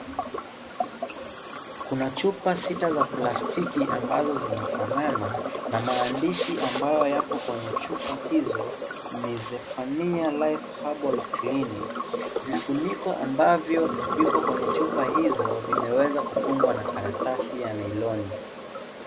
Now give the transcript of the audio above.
Kuna chupa sita za plastiki ambazo zinafanana na maandishi ambayo yapo kwenye chupa hizo ni Zephania Herbal Life Clinic. Vifuniko ambavyo vipo kwenye chupa hizo zimeweza kufungwa na karatasi ya nailoni.